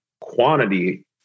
quantity